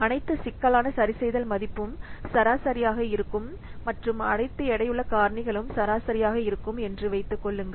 அனைத்து சிக்கலான சரிசெய்தல் மதிப்பும் சராசரியாக இருக்கும் மற்றும் அனைத்து எடையுள்ள காரணிகளும் சராசரியாக இருக்கும் என்று வைத்துக் கொள்ளுங்கள்